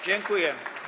Dziękuję.